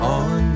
on